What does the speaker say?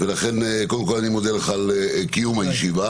ולכן קודם כול אני מודה לך על קיום הישיבה,